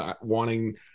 wanting